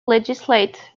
legislate